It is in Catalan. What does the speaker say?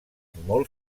molt